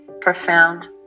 profound